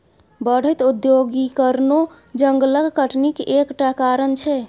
बढ़ैत औद्योगीकरणो जंगलक कटनीक एक टा कारण छै